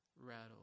Rattle